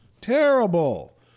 terrible